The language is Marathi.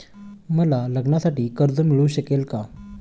मला लग्नासाठी कर्ज मिळू शकेल का?